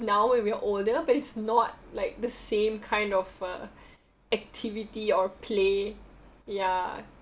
now when we are older but it's not like the same kind of uh activity or play ya